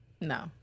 No